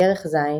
כרך ז,